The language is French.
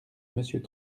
monsieur